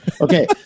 Okay